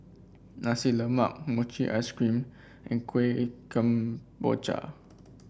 Nasi Lemak Mochi Ice Cream and Kueh Kemboja